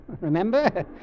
Remember